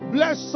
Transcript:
Bless